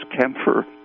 camphor